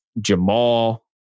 Jamal